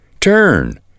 Turn